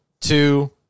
two